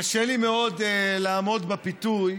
קשה לי מאוד לעמוד בפיתוי.